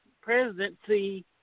presidency